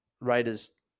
Raiders